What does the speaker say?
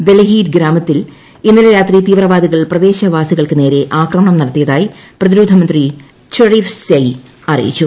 Belahede ഗ്രാമത്തിൽ ഇന്നലെ രാത്രി തീവ്രവാദികൾ പ്രദേശവാസികൾക്കുനേരെ ആക്രമണം നടത്തിയതായി പ്രതിരോധമന്ത്രി ചെറീഫ് സീ അറിയിച്ചു